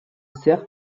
sert